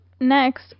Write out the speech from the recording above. next